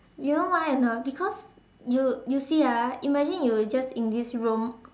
you know why or not because you you see ah imagine you just in this room